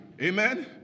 amen